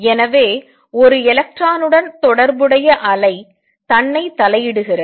எனவே ஒரு எலக்ட்ரானுடன் தொடர்புடைய அலை தன்னைத் தலையிடுகிறது